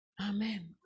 Amen